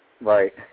right